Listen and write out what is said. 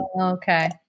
okay